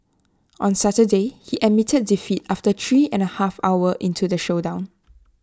on Saturday he admitted defeat after three and A half hour into the showdown